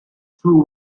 through